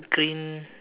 green